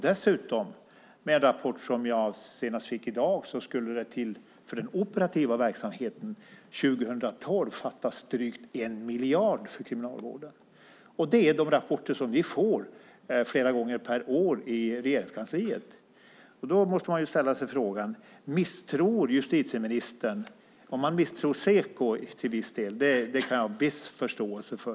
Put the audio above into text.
Dessutom skulle det, enligt en rapport jag fick så sent som i dag, fattas drygt 1 miljard 2012 för den operativa verksamheten i kriminalvården. Vi får dessa rapporter från Regeringskansliet flera gånger per år. Om justitieministern misstror Seko kan jag ha viss förståelse.